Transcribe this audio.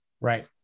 right